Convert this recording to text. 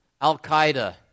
Al-Qaeda